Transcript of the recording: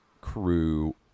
crew